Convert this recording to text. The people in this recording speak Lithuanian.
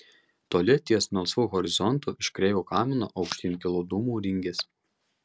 toli ties melsvu horizontu iš kreivo kamino aukštyn kilo dūmų ringės